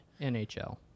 NHL